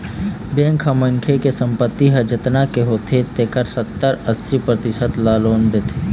bank ह मनखे के संपत्ति ह जतना के होथे तेखर सत्तर, अस्सी परतिसत ल लोन देथे